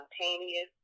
spontaneous